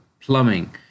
plumbing